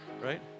right